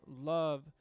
love